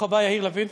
ברוך הבא, יאיר לפיד,